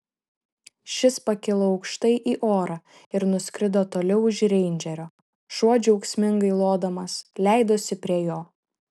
šis pakilo aukštai į orą ir nuskrido toli už reindžerio šuo džiaugsmingai lodamas leidosi prie jo